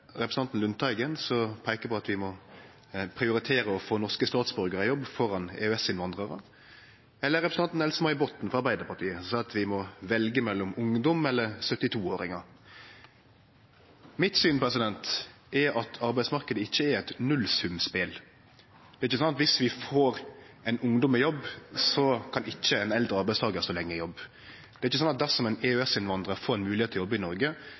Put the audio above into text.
representanten Lundteigen, som peiker på at vi må prioritere å få norske statsborgarar i jobb framfor EØS-innvandrarar, eller representanten Else-May Botten, frå Arbeidarpartiet, som seier at vi må velje mellom ungdom eller 72-åringar. Mitt syn er at arbeidsmarknaden ikkje er eit nullsumspel. Det er ikkje sånn at viss vi får ein ungdom i jobb, kan ikkje ein eldre arbeidstakar stå lenge i jobb. Det er ikkje sånn at dersom ein EØS-innvandrar får moglegheit til å jobbe i Noreg,